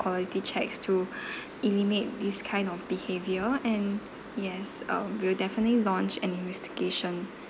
quality checks to eliminate this kind of behavior and yes um we will definitely launch an investigation